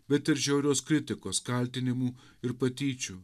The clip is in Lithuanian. bet ir žiaurios kritikos kaltinimų ir patyčių